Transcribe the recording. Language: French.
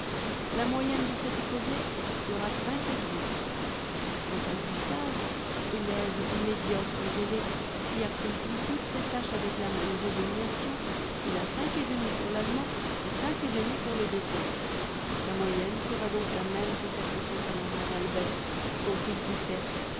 la moyenne de cet écolier sera quant à gustave élève médiocre et zélé qui accomplit toutes ses tâches avec la même résignation il as pour l'allemand et pour le dessin sa moyenne sera donc la même que celle de son camarade albert dont il diffère si